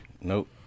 Nope